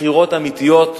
בחירות אמיתיות,